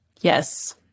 Yes